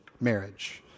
marriage